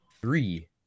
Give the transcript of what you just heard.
Three